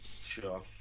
Sure